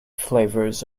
flavors